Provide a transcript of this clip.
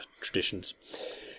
traditions